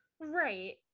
right